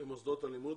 למוסדות הלימוד.